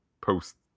post